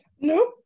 nope